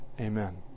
Amen